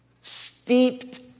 Steeped